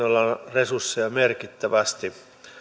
resursseja merkittävästi